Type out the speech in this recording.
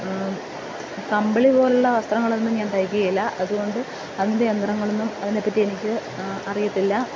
കമ്പളി പോലുള്ള വസ്ത്രങ്ങളൊന്നും ഞാൻ തയ്ക്ക്കേല അതോണ്ട് അതിൻ്റെ യന്ത്രങ്ങളൊന്നും അതിനെപ്പറ്റിയെനിക്ക് അറിയത്തില്ല